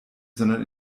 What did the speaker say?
sondern